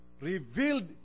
revealed